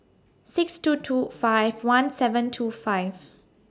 six two two five one seven two five